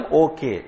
okay